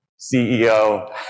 CEO